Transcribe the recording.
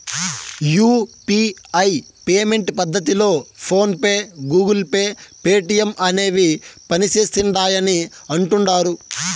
UPI payment పద్దతిలో PhonePe, Google Pay, Paytm అనేవి పనిసేస్తిండాయని అంటుడారు